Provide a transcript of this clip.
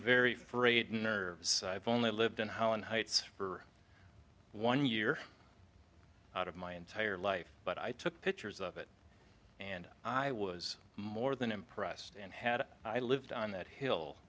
very frayed nerves i've only lived in holland heights for one year out of my entire life but i took pictures of it and i was more than impressed and had i lived on that hill